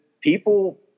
people